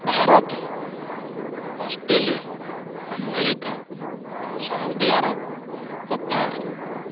Bharat Australia America Saudi Arab Qatar